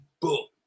book